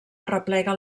arreplega